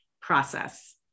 process